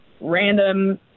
random